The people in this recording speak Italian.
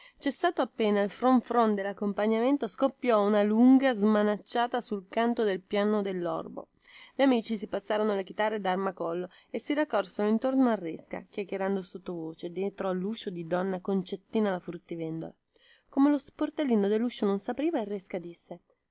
il fron fron dellaccompagnamento scoppiò una lunga smanacciata sul canto del piano dellorbo gli amici si passarono le chitarre ad armacollo e si raccolsero intorno al resca chiacchierando sottovoce dietro luscio di donna concettina la fruttivendola come lo sportellino delluscio non sapriva il resca disse